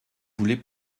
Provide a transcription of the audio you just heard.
voulez